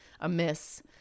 amiss